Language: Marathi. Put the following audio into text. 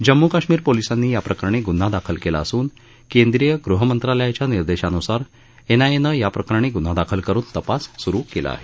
जम्मू काश्मिर पोलिसांनी याप्रकरणी गुन्हा दाखल केला असून केंद्रीय गृह मंत्रालयाच्या निर्देशानुसार एनआयएनं याप्रकरणी गुन्हा दाखल करुन तपास सुरु केला आहे